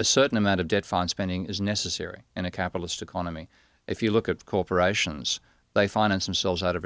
a certain amount of debt fund spending is necessary in a capitalist economy if you look at corporations they finance themselves out of